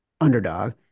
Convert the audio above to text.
underdog